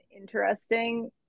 interesting